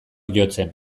jotzen